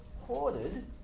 hoarded